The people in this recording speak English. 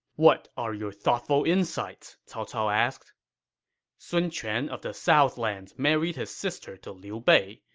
what are your thoughtful insights? cao cao asked sun quan of the southlands married his sister to liu bei,